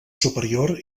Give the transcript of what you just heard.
superior